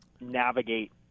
navigate